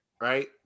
right